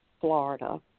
Florida